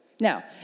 Now